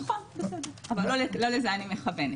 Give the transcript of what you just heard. נכון, בסדר, אבל לא לזה אני מכוונת.